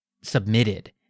submitted